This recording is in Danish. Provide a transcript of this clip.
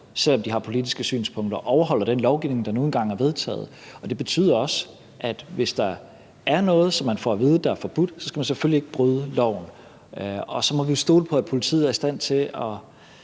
til deres politiske synspunkter – overholder den lovgivning, der nu engang er vedtaget. Og det betyder også, at hvis der er noget, som man får at vide er forbudt, skal man selvfølgelig ikke bryde loven. Og så må vi jo stole på, at politiet er i stand til at